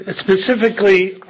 specifically